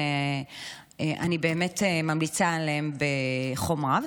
ואני באמת ממליצה עליהן בחום רב.